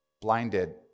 Blinded